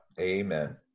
Amen